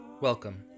Welcome